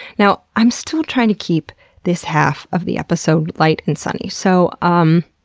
now, i'm still trying to keep this half of the episode light and sunny so, um